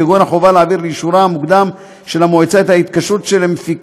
כגון החובה להעביר לאישורה המוקדם של המועצה את ההתקשרות של מפיק